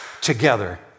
together